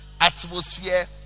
atmosphere